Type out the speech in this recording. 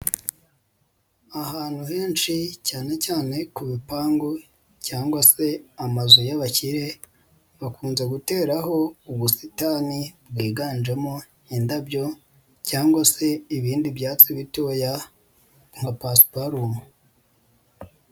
Ahantu henshi cyane cyane ku bipangu cyangwa se amazu y'abakire, bakunze guteraho ubusitani bwiganjemo indabyo, cyangwa se ibindi byatwa bitoya nka pasuparumu.